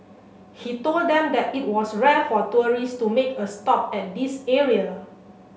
he told them that it was rare for tourist to make a stop at this area